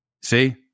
See